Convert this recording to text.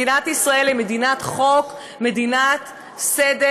מדינת ישראל היא מדינת חוק, מדינת סדר.